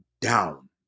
down